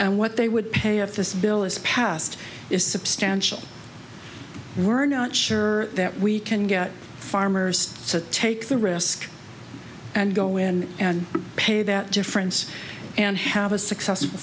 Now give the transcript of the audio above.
and what they would pay if this bill is passed is substantial we're not sure that we can get farmers to take the risk and go in and pay that difference and have a successful